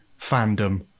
fandom